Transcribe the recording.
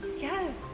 Yes